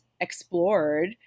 explored